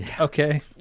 Okay